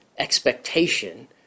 expectation